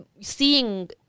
seeing